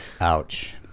Ouch